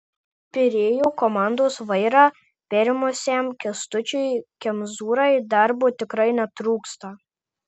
pirėjo komandos vairą perėmusiam kęstučiui kemzūrai darbo tikrai netrūksta